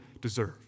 deserve